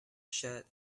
shirt